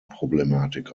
problematik